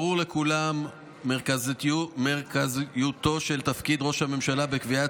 ברורה לכולם מרכזיותו של תפקיד ראש הממשלה בקביעת